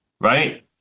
right